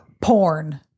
porn